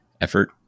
Effort